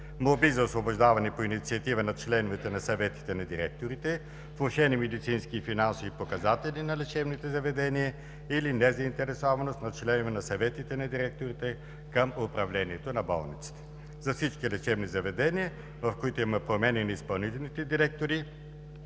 молби за освобождаване по инициатива на членовете на съветите на директорите, влошени медицински и финансови показатели на лечебните заведения или незаинтересованост на членове на съветите на директорите към управлението на болниците. За всички лечебни заведения, в които има промени на изпълнителните директори,